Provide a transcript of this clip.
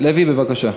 בבקשה.